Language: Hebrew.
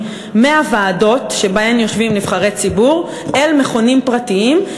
מהוועדות שבהן יושבים נבחרי ציבור אל מכונים פרטיים.